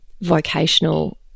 vocational